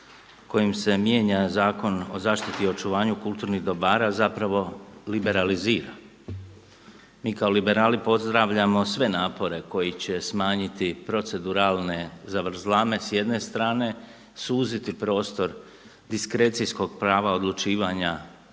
kojim se mijenja Zakon o zaštiti i očuvanju kulturnih dobara zapravo liberalizira. Mi kao liberali pozdravljamo sve napore koji će smanjiti proceduralne zavrzlame s jedne strane, suziti prostor diskrecijskog prava odlučivanja